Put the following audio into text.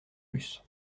bus